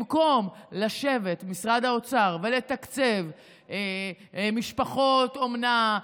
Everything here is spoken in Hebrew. במקום לשבת במשרד האוצר ולתקצב משפחות אומנה,